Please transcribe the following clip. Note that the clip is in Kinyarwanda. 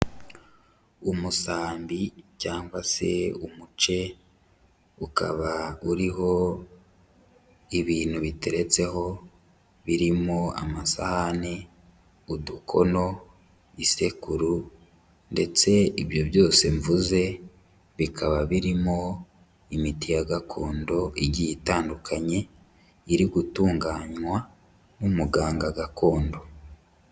Umusambi cyangwa se umuce ukaba uriho ibintu biteretseho birimo amasahani, udukono, isekuru ndetse ibyo byose mvuze bikaba birimo imiti ya gakondo igiye itandukanye iri gutunganywa n'umuganga gakondo.